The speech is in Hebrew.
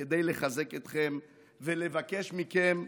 כדי לחזק אתכם ולבקש מכם: